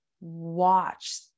watch